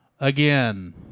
again